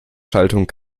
schaltung